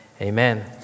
amen